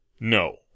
No